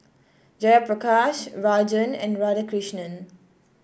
Jayaprakash Rajan and Radhakrishnan